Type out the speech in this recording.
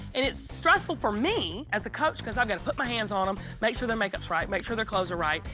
and it's stressful for me as a coach cause i got to put my hands on them, um make sure their makeup's right, make sure their clothes are right.